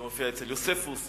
זה מופיע אצל יוספוס,